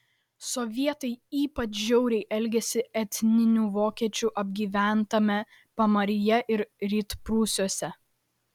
sovietai ypač žiauriai elgėsi etninių vokiečių apgyventame pamaryje ir rytprūsiuose